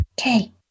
Okay